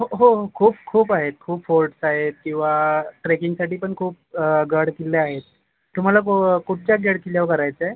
हो हो हो खूप खूप आहेत खूप फोर्ट्स आहेत किंवा ट्रेकिंगसाठी पण खूप गड किल्ले आहेत तुम्हाला को कुठच्या गड किल्ल्यावर करायचा आहे